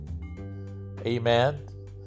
amen